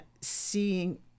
seeing